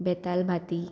बेतालबातीं